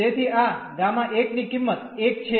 તેથી આ Γ ની કિંમત 1 છે